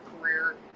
career